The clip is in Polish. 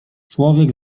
człowiek